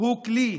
הוא כלי.